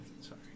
Sorry